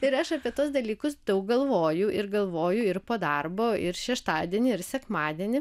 ir aš apie tuos dalykus daug galvoju ir galvoju ir po darbo ir šeštadienį ir sekmadienį